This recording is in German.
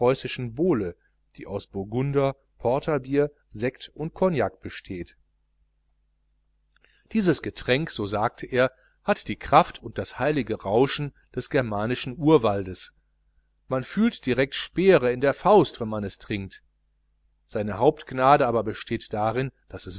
bowle die ans burgunder porterbier sekt und cognac besteht dieses getränk so sagte er hat die kraft und das heilige rauschen des germanischen urwaldes man fühlt direkt speere in der faust wenn man es trinkt seine hauptgnade aber besteht darin daß es